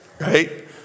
Right